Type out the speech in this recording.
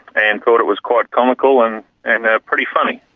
and thought it was quite comical and and ah pretty funny.